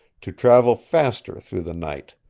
to travel faster through the night,